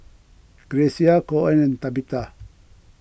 Grecia Coen and Tabitha